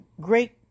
great